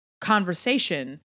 conversation